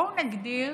בואו נגדיר